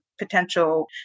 potential